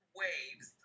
waves